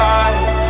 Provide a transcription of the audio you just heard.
eyes